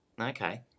Okay